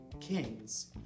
kings